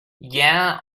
yeah